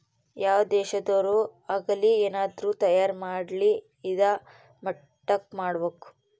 ಯಾವ್ ದೇಶದೊರ್ ಆಗಲಿ ಏನಾದ್ರೂ ತಯಾರ ಮಾಡ್ಲಿ ಇದಾ ಮಟ್ಟಕ್ ಮಾಡ್ಬೇಕು